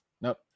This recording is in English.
Nope